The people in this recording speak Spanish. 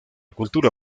cultura